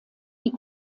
die